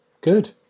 good